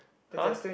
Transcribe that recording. !huh!